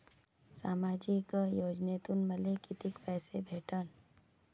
सामाजिक योजनेतून मले कितीक पैसे भेटन?